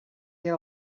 get